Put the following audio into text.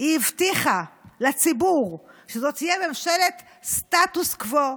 היא הבטיחה לציבור שזו תהיה ממשלת סטטוס קוו: